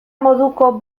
moduko